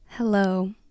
Hello